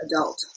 adult